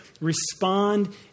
respond